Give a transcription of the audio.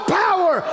power